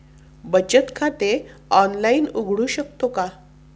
बचत खाते ऑनलाइन उघडू शकतो का?